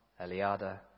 Eliada